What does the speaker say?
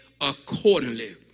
accordingly